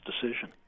decision